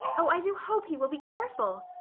oh, i do hope he will be careful!